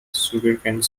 sugarcane